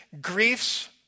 Griefs